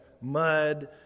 Mud